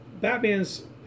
Batman's